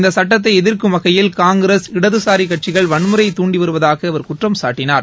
இந்த சட்டத்தை எதிர்க்கும் வகையில் காங்கிரஸ் இடதுசாரி கட்சிகள் வன்முறையை தூண்டி வருவதாக அவர் குற்றம்சாட்டினார்